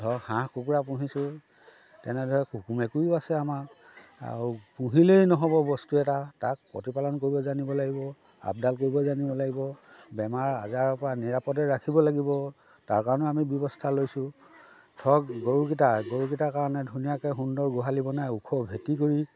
ধৰক হাঁহ কুকুৰা পুহিছোঁ তেনেদৰে কুকুৰ মেকুৰীও আছে আমাৰ আৰু পুহিলেই নহ'ব বস্তু এটা তাক প্ৰতিপালন কৰিব জানিব লাগিব আপডাল কৰিব জানিব লাগিব বেমাৰ আজাৰৰ পৰা নিৰাপদে ৰাখিব লাগিব তাৰ কাৰণেও আমি ব্যৱস্থা লৈছোঁ ধৰক গৰুকেইটা গৰুকেইটাৰ কাৰণে ধুনীয়াকৈ সুন্দৰ গোহালি বনাই ওখ ভেটি কৰি